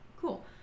Cool